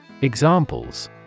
Examples